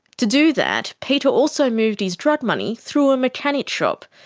to do that, peter also moved his drug money through a mechanic shop,